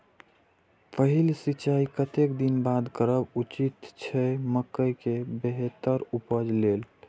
पहिल सिंचाई कतेक दिन बाद करब उचित छे मके के बेहतर उपज लेल?